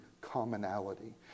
commonality